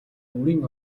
өөрийн